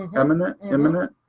eminent, imminent.